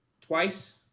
twice